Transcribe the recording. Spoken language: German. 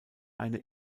eine